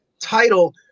title